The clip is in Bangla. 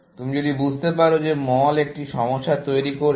তুমি যদি বুঝতে পারো যে মল একটি সমস্যা তৈরি করছে